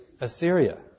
Assyria